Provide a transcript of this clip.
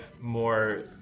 more